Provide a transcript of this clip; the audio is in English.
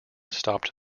stopped